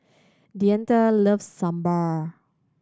Deante loves Sambar